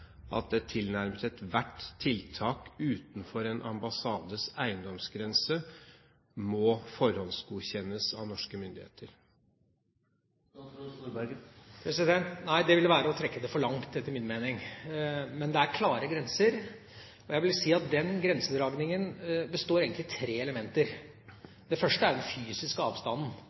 tilnærmet ethvert tiltak utenfor en ambassades eiendomsgrense må forhåndsgodkjennes av norske myndigheter? Nei, det ville være å trekke det for langt, etter min mening. Men det er klare grenser, og jeg vil si at den grensedragningen består egentlig av tre elementer. Det første er den fysiske avstanden,